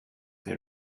che